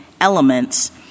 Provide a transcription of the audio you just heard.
elements—